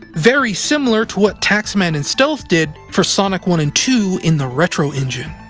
very similar to what taxman and stealth did for sonic one and two in the retro engine.